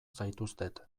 zaituztet